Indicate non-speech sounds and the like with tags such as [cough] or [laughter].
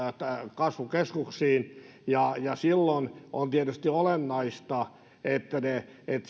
kasvukeskuksiin ja ja silloin on tietysti olennaista että [unintelligible]